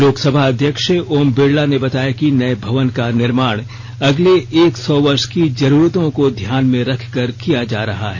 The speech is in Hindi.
लोकसभा अध्यक्ष ओम बिड़ला ने बताया कि नए भवन का निर्माण अगले एक सौ वर्ष की जरूरतों को ध्यान में रखकर किया जा रहा है